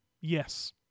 Yes